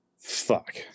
fuck